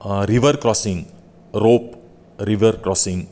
river crossing rope river crossing